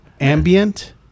ambient